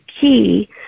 key